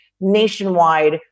nationwide